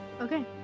Okay